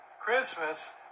Christmas